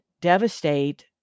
devastate